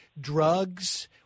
Drugs